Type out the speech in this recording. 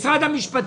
נציג משרד המשפטים.